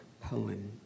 poem